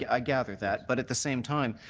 yeah i gather that. but at the same time,